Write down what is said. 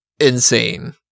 insane